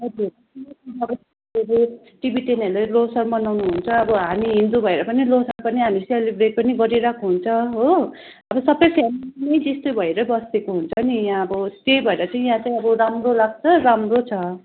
हजुर टिबिटेनहरूले लोसार मनाउनुहुन्छ अब हामी हिन्दू भएर पनि लोसार पनि हामीले सेलिब्रेट पनि गरिरहेको हुन्छ हो अरू सबै फ्यामिली जस्तै भएरै बसेको हुन्छ नि यहाँ अब त्यही भएर चाहिँ यहाँ चाहिँ अब राम्रो लाग्छ राम्रो छ